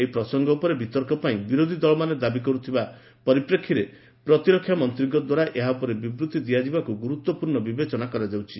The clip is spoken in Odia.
ଏହି ପ୍ରସଙ୍ଗ ଉପରେ ବିତର୍କ ପାଇଁ ବିରୋଧୀ ଦଳମାନେ ଦାବି କରୁଥିବା ପରିପ୍ରେକ୍ଷୀରେ ପ୍ରତିରକ୍ଷା ମନ୍ତ୍ରୀଙ୍କ ଦ୍ୱାରା ଏହା ଉପରେ ବିବୃଭି ଦିଆଯିବାକୁ ଗୁରୁତ୍ୱପୂର୍ଣ୍ଣ ବିବେଚନା କରାଯାଉଛି